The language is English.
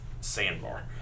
sandbar